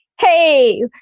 hey